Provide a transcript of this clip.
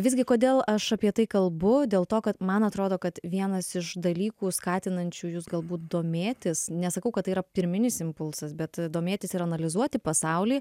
visgi kodėl aš apie tai kalbu dėl to kad man atrodo kad vienas iš dalykų skatinančių jus galbūt domėtis nesakau kad tai yra pirminis impulsas bet domėtis ir analizuoti pasaulį